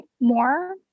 more